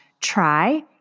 try